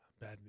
Bad